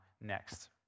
next